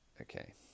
Okay